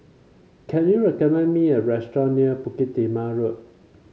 can you recommend me a restaurant near Bukit Timah Road